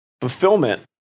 Fulfillment